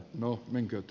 no menkööt